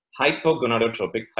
hypogonadotropic